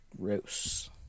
Gross